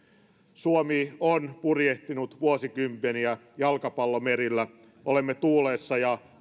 suomi on purjehtinut vuosikymmeniä jalkapallomerillä olemme tuulessa ja